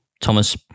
Thomas